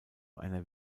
einer